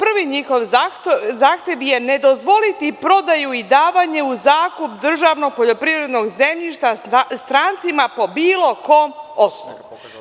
Prvi njihov zahtev je – ne dozvoliti prodaju i davanje u zakup državno poljoprivredno zemljište strancima po bilo kom osnovu.